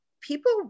people